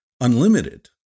unlimited